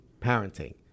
parenting